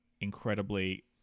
incredibly